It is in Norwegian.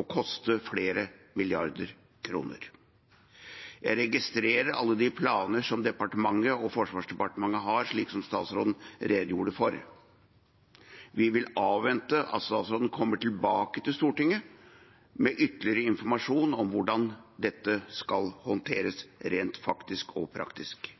og koste flere milliarder kroner. Jeg registrerer alle de planer som Forsvarsdepartementet har, som statsråden redegjorde for. Vi vil avvente at statsråden kommer tilbake til Stortinget med ytterligere informasjon om hvordan dette skal håndteres rent faktisk og praktisk.